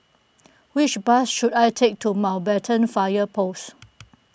which bus should I take to Mountbatten Fire Post